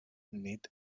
nit